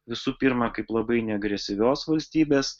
visų pirma kaip labai neagresyvios valstybės